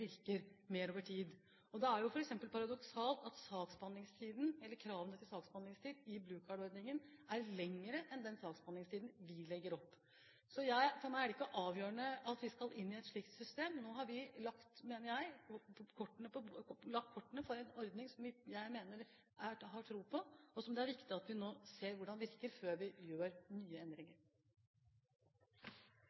paradoksalt at saksbehandlingstiden i «Blue Card»-ordningen er lengre enn den saksbehandlingstiden vi legger opp til. For meg er det ikke avgjørende at vi skal inn i et slikt system. Nå har vi lagt, mener jeg, kortene for en ordning som jeg har tro på, og som det er viktig at vi nå ser hvordan virker før vi gjør nye